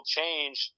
change